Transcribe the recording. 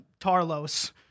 Tarlos